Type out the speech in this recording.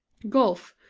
golf,